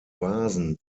vasen